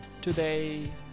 today